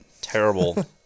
terrible